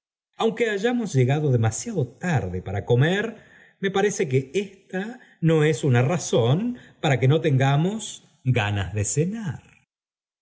aunque hayamos helado íác im ent e y ahocomer me parece que istí d mas ado tarde para que no tengamos ganas de cenar